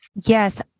Yes